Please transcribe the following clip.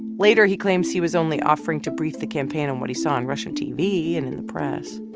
later, he claims he was only offering to brief the campaign on what he saw on russian tv and in the press.